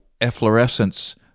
efflorescence